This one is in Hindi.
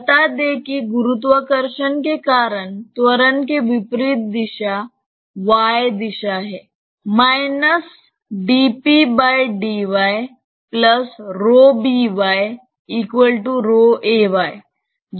बता दें कि गुरुत्वाकर्षण के कारण त्वरण के विपरीत दिशा y दिशा है